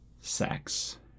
sex